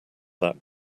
that